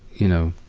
you know,